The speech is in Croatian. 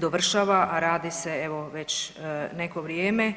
dovršava, a radi se već neko vrijeme.